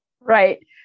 Right